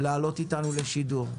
לעלות איתנו לשידור.